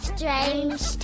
Strange